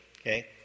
okay